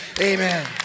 amen